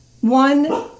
one